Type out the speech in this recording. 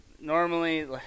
normally –